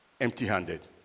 empty-handed